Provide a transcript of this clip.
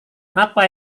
apa